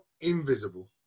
invisible